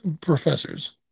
professors